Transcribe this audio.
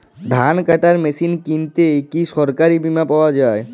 ধান কাটার মেশিন কিনতে কি সরকারী বিমা পাওয়া যায়?